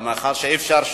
אבל מאחר שאי-אפשר,